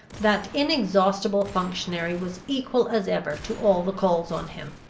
that inexhaustible functionary was equal as ever to all the calls on him.